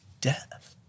death